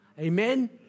Amen